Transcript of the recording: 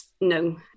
no